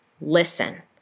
listen